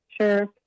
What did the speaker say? Sure